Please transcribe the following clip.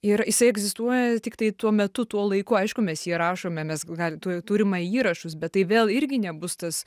ir jisai egzistuoja tiktai tuo metu tuo laiku aišku mes jį rašome mes gali tu turime įrašus bet tai vėl irgi nebus tas